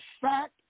fact